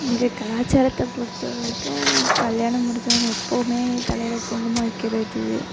எங்கள் கலாச்சாரத்தை பொறுத்தவரைக்கும் கல்யாணம் முடிஞ்சவங்க எப்போதுமே தலையில் குங்குமம் வைக்கிறது